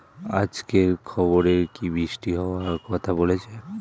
আজকের খবরে কি বৃষ্টি হওয়ায় কথা বলেছে?